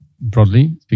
broadly